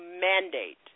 mandate